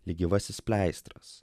lyg gyvasis pleistras